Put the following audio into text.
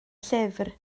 llyfr